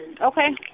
Okay